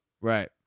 Right